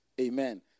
Amen